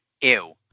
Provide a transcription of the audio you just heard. ew